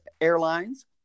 airlines